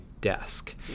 desk